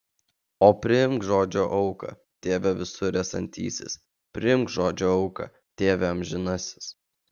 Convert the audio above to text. o priimk žodžio auką tėve visur esantysis priimk žodžio auką tėve amžinasis